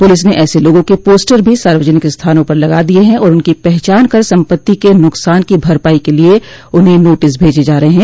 police ने ऐसे लोगों के पोस्टर भी सार्वजनिक स्थानों पर लगा दिये हैं और उनकी पहचान कर सम्पत्ति के नुकसान की भरपाई के लिए उन्हें नोटिस भेजे जा रहे हैं